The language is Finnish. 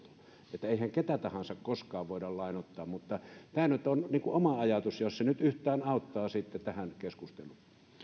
tuotto eihän koskaan ketä tahansa voida lainoittaa tämä on oma ajatukseni jos se nyt yhtään auttaa sitten tähän keskusteluun